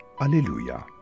Alleluia